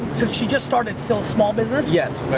since she just started, so, small business? yes,